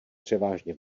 převážně